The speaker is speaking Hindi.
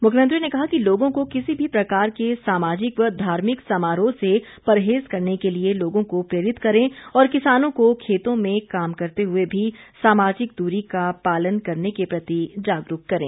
मुख्यमंत्री ने कहा कि लोगों को किसी भी प्रकार के सामाजिक व धार्मिक समारोह से परहेज करने के लिए लोगों को प्रेरित करें और किसानों को खेतों में काम करते हुए भी सामाजिक दूरी का पालन करने के प्रति जागरूक करें